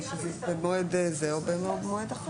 במועד זה או במועד אחר.